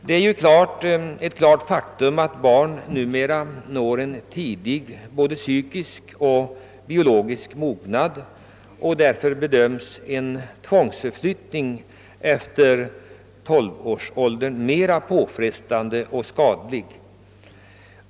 Det är ett klart faktum att barn numera tidigt når både psykisk och fysisk mognad. Därför bedöms en tvångsförflyttning av barn över tolvårsåldern som mer påfrestande och skadlig än när det gäller yngre barn.